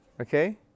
Okay